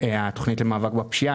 התכנית למאבק בפשיעה,